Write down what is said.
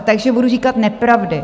Takže budu říkat nepravdy.